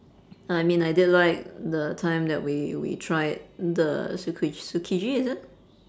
I mean I did like the time that we we tried the tsuki~ tsukiji is it